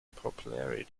popularity